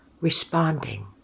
responding